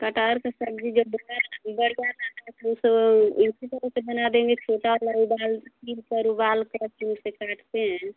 कटहल की सब्ज़ी जब बड़ा तो उसे उसी तरह से बना देंगे छोटा वाला उबाल छीलकर उबालकर फिर उसे काटते हैं